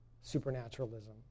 supernaturalism